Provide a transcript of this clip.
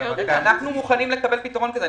אנחנו מוכנים לקבל פתרון כזה.